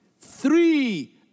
Three